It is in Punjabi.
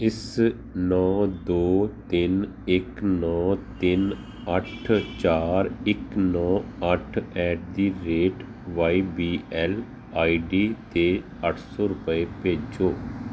ਇਸ ਨੌਂ ਦੋ ਤਿੰਨ ਇੱਕ ਨੌਂ ਤਿੰਨ ਅੱਠ ਚਾਰ ਇੱਕ ਨੌਂ ਅੱਠ at the rate Y B L I D 'ਤੇ ਅੱਠ ਸੌ ਰੁਪਏ ਭੇਜੋ